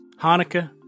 Hanukkah